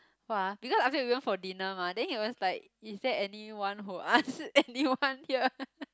!wah! because afterwards we went for dinner mah then he was like is there anyone who ask anyone here